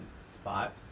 spot